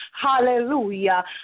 hallelujah